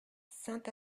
saint